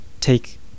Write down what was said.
take